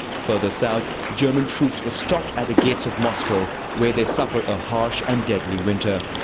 further south, german troops were stopped at the gates of moscow, where they suffer a harsh and deadly winter.